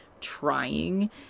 trying